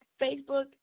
Facebook